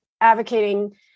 advocating